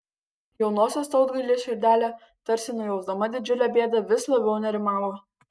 jaunosios tautgailės širdelė tarsi nujausdama didžiulę bėdą vis labiau nerimavo